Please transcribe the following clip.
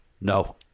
No